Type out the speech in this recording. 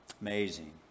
Amazing